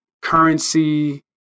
Currency